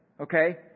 okay